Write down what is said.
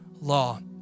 law